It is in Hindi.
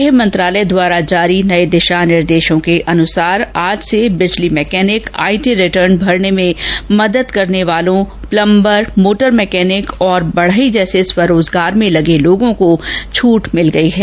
गृह मंत्रालय द्वारा जारी नये दिशा निर्देशों के अनुसार आज से बिजली मैकेनिक आईटी रिटर्न भरने में मदद करने वालों प्लंबर मोटर मैकेनिक और बढ़ई जैसे स्वरोजगार में लगे लोगों को छट मिल गई है